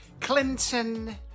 Clinton